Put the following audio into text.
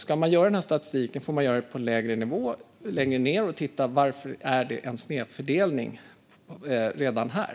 Ska man göra den här statistiken får man göra den på lägre nivå, längre ned, och titta på varför det finns en snedfördelning redan där.